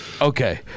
Okay